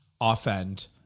offend